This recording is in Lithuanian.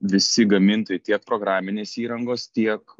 visi gamintojai tiek programinės įrangos tiek